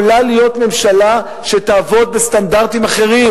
יכולה להיות ממשלה שתעבוד בסטנדרטים אחרים.